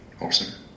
Awesome